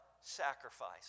sacrifice